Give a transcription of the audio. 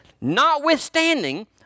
Notwithstanding